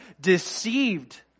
deceived